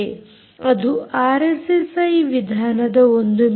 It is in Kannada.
ಅದು ಆರ್ಎಸ್ಎಸ್ಐ ವಿಧಾನದ ಒಂದು ಮಿತಿ